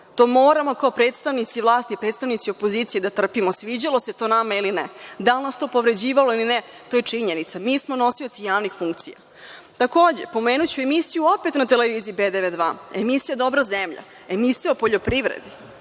To moramo kao predstavnici vlasti, predstavnici opozicije da trpimo, sviđalo se to nama ili ne, da li nas to povređivalo ili ne, to je činjenica. Mi smo nosioci javnih funkcija. Takođe, pomenuću emisiju opet na Televiziji B92, emisija „Dobra zemlja“, emisija o poljoprivredi,